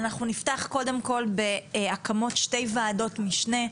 קודם כל, אנחנו נפתח בהקמות שתי ועדות משנה.